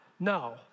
No